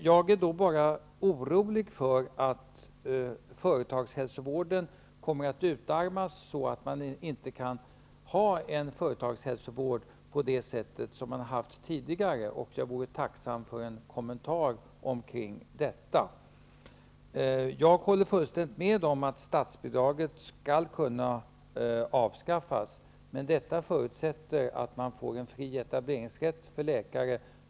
Jag blir då orolig för att företagshälsovården kommer att utarmas så, att man inte kan bedriva en företagshälsovård på det sätt som den hittills har bedrivits. Jag vore tacksam för en kommentar omkring detta. Jag håller fullständigt med om att statsbidraget kan avskaffas, men det förutsätter att det blir en fri etableringsrätt för läkare.